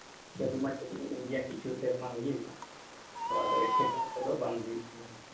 ᱪᱟᱹᱞᱩ ᱢᱟ ᱠᱤᱪᱷᱩ ᱥᱮᱨᱢᱟ ᱦᱩᱭᱮᱱᱟ ᱛᱚ ᱟᱫᱚ ᱮᱴᱠᱮᱴᱚᱬᱮ ᱠᱚᱫᱚ ᱵᱟᱝ ᱦᱩᱭᱩᱜ ᱠᱟᱱᱟ